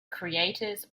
creators